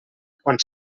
quan